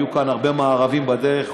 היו כאן הרבה מארבים בדרך,